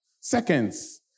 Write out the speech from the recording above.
Seconds